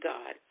God